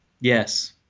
Yes